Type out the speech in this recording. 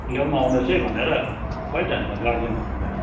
ल्याउनु आउनुहोस् है भनेर खोइ त अनि त गार्जेनहरू त